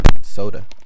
soda